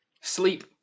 Sleep